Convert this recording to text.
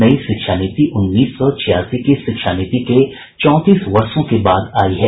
नई शिक्षा नीति उन्नीस सौ छियासी की शिक्षा नीति के चौंतीस वर्षो के बाद आई है